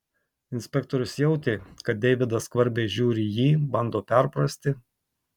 inspektorius jautė kad deividas skvarbiai žiūri į jį bando perprasti